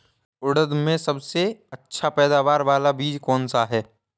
उड़द में सबसे अच्छा पैदावार वाला बीज कौन सा है?